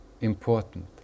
important